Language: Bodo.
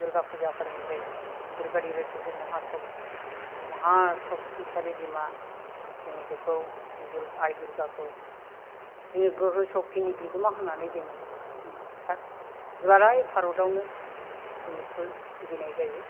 दुर्गा फुजा फालिनाय जायो दुर्गा देबीया सासे महा सक्तिसालि बिमा जोङो बिखौ आइ दुर्गाखौ जोङो गोहो सक्तिनि बिगोमा होन्नानै जोङो दुलाराय भारत आवनो जोङो सिबिनाय जायो